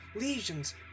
Lesions